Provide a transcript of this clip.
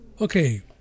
Okay